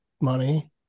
money